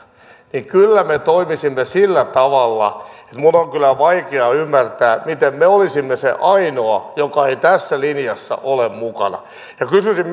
niin kyllä me toimisimme sillä tavalla että minun on on kyllä vaikea ymmärtää miten me olisimme se ainoa joka ei tässä linjassa ole mukana kysyisin